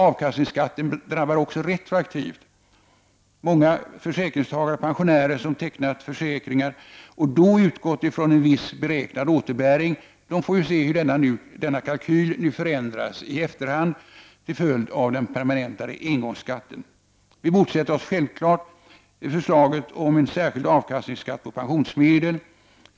Avkastningsskatten drabbar också retroaktivt. Många försäkringstagare/- pensionärer som tecknat försäkringar och då utgått ifrån en viss beräknad återbäring får ju se hur denna kalkyl nu förändras i efterhand till följd av denna permanenta engångsskatt. Vi motsätter oss därför självklart förslaget om en särskild avkastningsskatt på pensionsmedel.